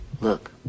Look